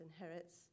inherits